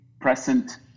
present